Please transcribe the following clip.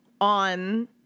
on